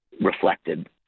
reflected